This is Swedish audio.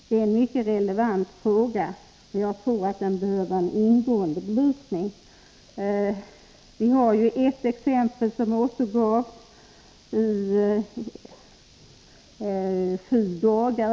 Det är en mycket relevant fråga, och jag tror den behöver en ingående belysning. Ett exempel på detta har återgivits i tidningen 7 dagar.